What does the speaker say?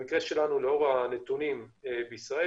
במקרה שלנו לאור הנתונים בישראל,